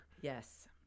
Yes